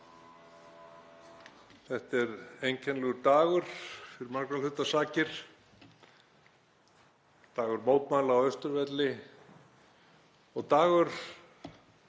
Þetta er einkennilegur dagur fyrir margra hluta sakir. Dagur mótmæla á Austurvelli og dagur